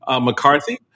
McCarthy